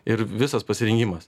ir visas pasirengimas